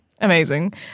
Amazing